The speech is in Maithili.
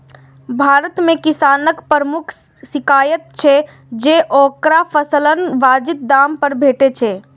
भारत मे किसानक प्रमुख शिकाइत छै जे ओकरा फसलक वाजिब दाम नै भेटै छै